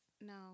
No